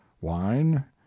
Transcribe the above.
wine